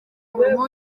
umurimo